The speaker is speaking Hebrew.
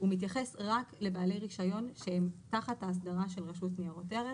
הוא מתייחס רק לבעלי רישיון שהם תחת ההגדרה של רשות ניירות ערך